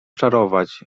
czarować